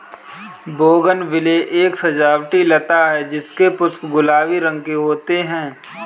bougainvillea एक सजावटी लता है जिसके पुष्प गुलाबी रंग के होते है